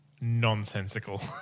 nonsensical